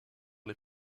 les